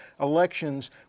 elections